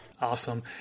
awesome